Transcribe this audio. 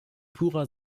purer